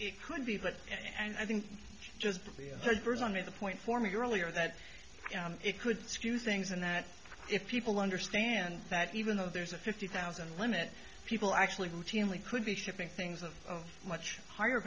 it could be that and i think just under the point for me earlier that it could skew things and that if people understand that even though there's a fifty thousand limit people actually routinely could be shipping things of much higher